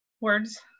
words